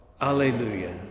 Alleluia